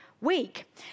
week